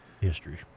history